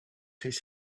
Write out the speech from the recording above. his